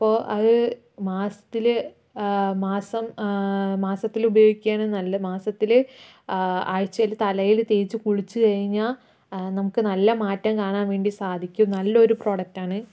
അപ്പോൾ അത് മാസത്തിൽ മാസം മാസത്തിൽ ഉപയോഗിക്കുകയാണ് നല്ല മാസത്തില് ആഴ്ചയില് തലയില് തേച്ച് കുളിച്ചു കഴിഞ്ഞാൽ നമുക്ക് നല്ല മാറ്റം കാണാൻ വേണ്ടി സാധിക്കും നല്ലൊരു പ്രൊഡക്റ്റാണ്